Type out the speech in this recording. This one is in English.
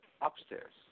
upstairs